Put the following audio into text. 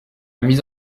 mise